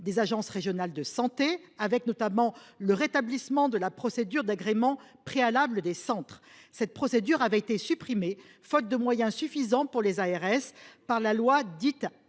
des agences régionales de santé (ARS), avec notamment le rétablissement de la procédure d’agrément préalable des centres. Cette procédure avait été supprimée, faute de moyens suffisants pour les ARS, par la loi portant